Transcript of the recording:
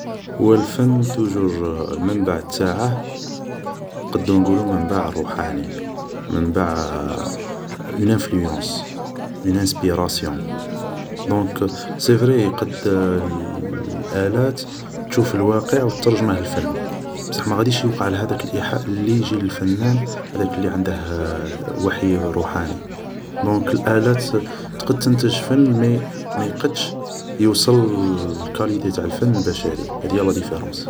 هو الفن توجور المنبع تاعه نقدو نقولو منبع روحاني منبع اون انفلسونس اون انسبيراسيون دونك سي فري يقد الآلات تشوف الواقع و ترجمه لفن بصح ماغاديش يوقع لهاداك الإيحاء ليجي للفنان هداك لي عنده وحي روحاني دونك الالات تقد تنتج فن مي ميقدش يوصل لكاليتي تاع الفن البشري هادي هيا لاديفيرونس